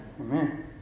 Amen